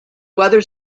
weather